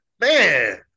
man